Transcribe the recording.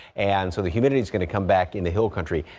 and so the humidity's going to come back in the hill country.